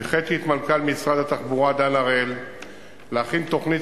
הנחיתי את מנכ"ל משרד התחבורה דן הראל להכין תוכנית